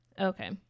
okay